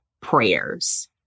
prayers